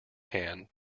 hand